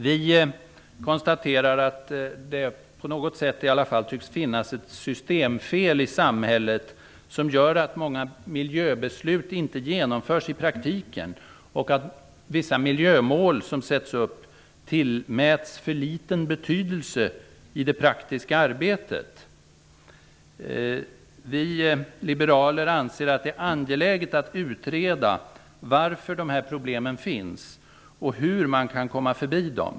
Vi konstaterar att det tycks finnas ett systemfel i samhället som gör att många miljöbeslut inte genomförs i praktiken och att vissa uppsatta miljömål tillmäts för liten betydelse i det praktiska arbetet. Vi liberaler anser det angeläget att utreda varför problemen finns och hur man kan lösa dem.